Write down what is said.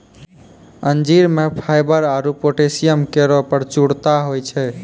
अंजीर म फाइबर आरु पोटैशियम केरो प्रचुरता होय छै